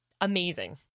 amazing